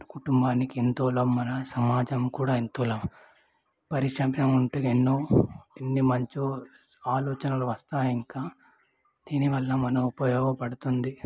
కుటుంబానికి ఎంతో లాభం మన సమాజం కూడా ఎంతో లాభం పరిశుభ్రంగా ఉంటే ఎన్నో ఎన్ని మంచో ఆలోచనలు వస్తాయి ఇంకా దీనివల్ల మనకు ఉపయోగపడుతుంది